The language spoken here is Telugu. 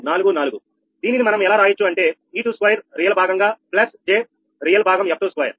05244 దీనిని మనం ఎలా రాయొచ్చు అంటే e22 రియల్ రియల్ భాగంగా ప్లస్ j రియల్ భాగం f22